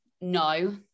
no